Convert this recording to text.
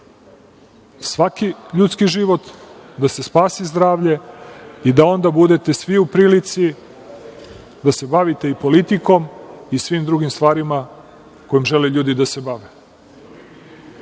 svaki ljudski život, da se spasi zdravlje i da onda budete svi u prilici da se bavite i politikom i svim drugim stvarima kojima žele ljudi da se bave. Sa